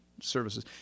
services